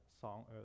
song